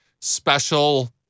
special